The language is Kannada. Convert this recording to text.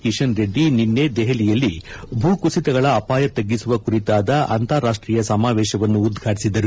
ಕಿಶನ್ ರೆಡ್ಡಿ ನಿನ್ನೆ ದೆಹಲಿಯಲ್ಲಿ ಭೂಕುಸಿತಗಳ ಅಪಾಯ ತಗ್ಗಿಸುವ ಕುರಿತಾದ ಅಂತಾರಾಷ್ಷೀಯ ಸಮಾವೇಶವನ್ನು ಉದ್ವಾಟಿಸಿದರು